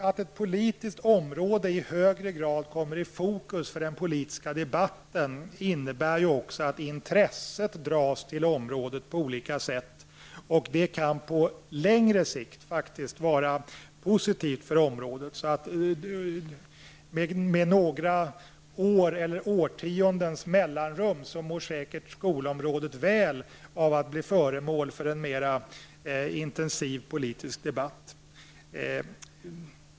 Att ett politiskt område i högre grad kommer i fokus för den politiska debatten innebär också att intresset dras till området på olika sätt. Det kan på längre sikt faktiskt vara positivt för området. Med några år eller årtiondens mellanrum mår säkert skolområdet väl av att bli föremål för en mera intensiv politisk debatt.